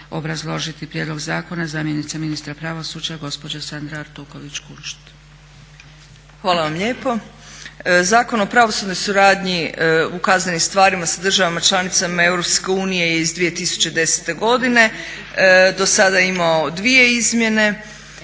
obrazložiti prijedlog zakona zamjenica ministra pravosuđa gospođa Sandra Artukovi **Artuković Kunšt, Sandra** Hvala vam lijepo. Zakon o pravosudnoj suradnji u kaznenim stvarima sa državama članicama EU je iz 2010. godine. Do sada je imao dvije izmjene,